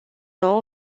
nou